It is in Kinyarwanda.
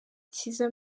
cyiza